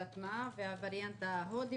והווריאנט ההודי